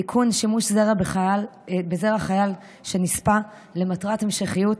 (תיקון, שימוש בזרע חייל שנספח למטרת המשכיות),